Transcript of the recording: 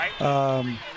Right